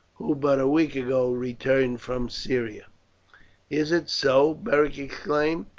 who but a week ago returned from syria is it so? beric exclaimed.